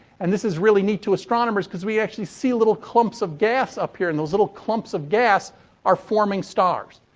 and, this is really neat to astronomers because we actually see little clumps of gas up here. and those little clumps of gas are forming stars.